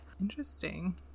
Interesting